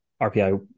rpi